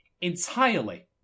entirely